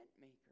maker